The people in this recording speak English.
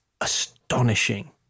astonishing